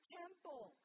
temple